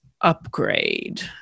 upgrade